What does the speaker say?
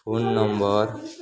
phone number